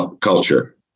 culture